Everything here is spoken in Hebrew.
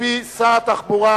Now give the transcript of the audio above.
מפי שר התחבורה.